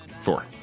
Four